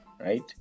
right